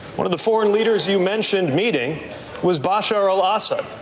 one of the foreign leaders you mentioned meeting was bashar al-assad.